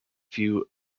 few